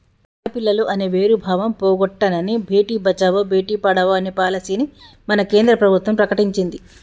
ఆడపిల్లలు అనే వేరు భావం పోగొట్టనని భేటీ బచావో బేటి పడావో అనే పాలసీని మన కేంద్ర ప్రభుత్వం ప్రకటించింది